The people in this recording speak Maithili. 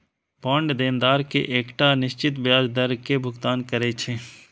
बांड देनदार कें एकटा निश्चित ब्याज दर के भुगतान करै छै